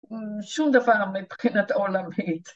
‫שום דבר מבחינת עולמית.